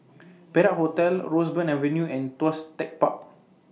Perak Hotel Roseburn Avenue and Tuas Tech Park